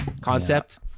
concept